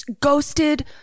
ghosted